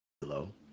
hello